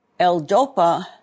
L-DOPA